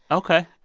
ok.